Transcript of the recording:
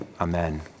Amen